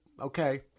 okay